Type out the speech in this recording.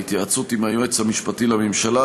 ההתייעצות היא עם היועץ המשפטי לממשלה.